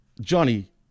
Johnny